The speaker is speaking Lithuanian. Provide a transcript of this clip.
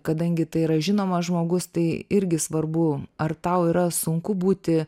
kadangi tai yra žinomas žmogus tai irgi svarbu ar tau yra sunku būti